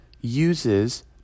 uses